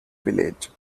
village